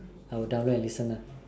I will download and listen ah